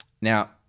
Now